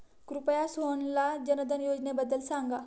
कृपया सोहनला जनधन योजनेबद्दल सांगा